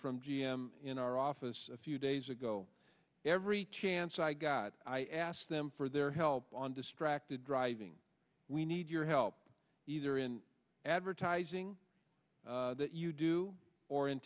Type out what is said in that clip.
from g m in our office a few days ago every chance i got i asked them for their help on distracted driving we need your help either in advertising that you do or in